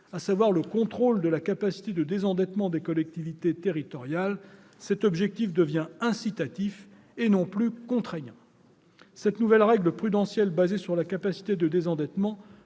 à savoir le contrôle de la capacité de désendettement des collectivités territoriales : cet objectif est désormais incitatif et non plus contraignant. Cette nouvelle règle prudentielle fondée sur la capacité de désendettement